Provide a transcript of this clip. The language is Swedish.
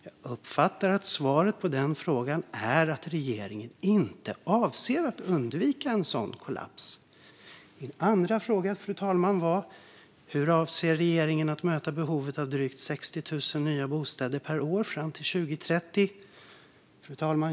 Jag uppfattar att svaret på den frågan är att regeringen inte avser att undvika en sådan kollaps. Min andra fråga, fru talman, var: Hur avser regeringen att möta behovet av drygt 60 000 nya bostäder per år fram till 2030?